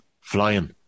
flying